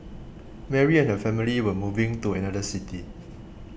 Mary and her family were moving to another city